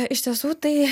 iš tiesų tai